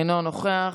אינו נוכח.